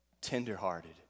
tenderhearted